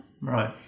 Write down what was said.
right